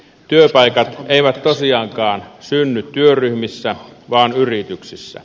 työpaikat eivät tosiaankaan synny työryhmissä vaan yrityksissä